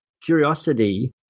curiosity